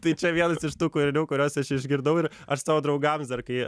tai čia vienas iš tų kūrinių kurios aš išgirdau ir aš savo draugams dar kai